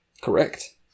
Correct